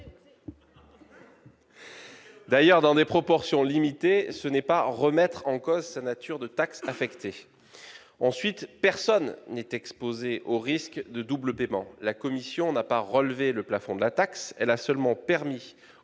taxe, dans des proportions limitées d'ailleurs, ne revient pas à remettre en cause sa nature de taxe affectée. Ensuite, personne n'est exposé au risque de double paiement. La commission n'a pas relevé le plafond de la taxe ; elle a seulement permis